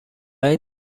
این